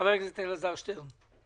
חבר הכנסת אלעזר שטרן.